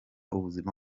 ubuzima